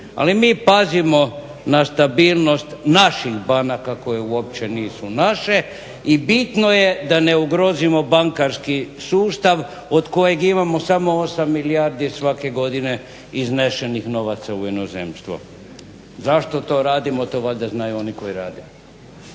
Ali mi pazimo na stabilnost naših banaka koje uopće nisu naše i bitno je da ne ugrozimo bankarski sustav od kojeg imamo 8 milijarde svake godine iznešenih novaca u inozemstvo. Zašto to radimo? To valjda znaju oni koji rade.